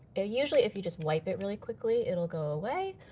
ah usually if you just wipe it really quickly, it'll go away,